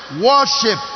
worship